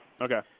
Okay